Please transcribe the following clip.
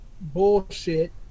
Bullshit